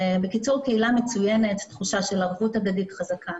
בקיצור, קהילה מצוינת, תחושה של ערבות הדדית חזקה.